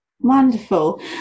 wonderful